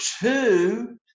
two